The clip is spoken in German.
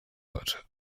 deutsche